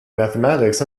mathematics